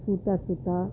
સૂતાં સૂતાં